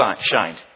shined